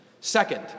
Second